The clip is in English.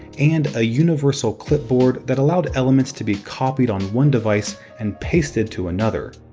and a universal clipboard that allowed elements to be copied on one device and pasted to another.